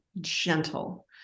gentle